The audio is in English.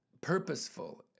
purposeful